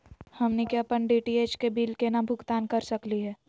हमनी के अपन डी.टी.एच के बिल केना भुगतान कर सकली हे?